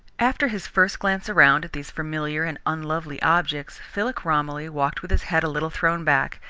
after his first glance around at these familiar and unlovely objects, philip romilly walked with his head a little thrown back,